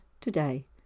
Today